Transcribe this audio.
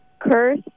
Curse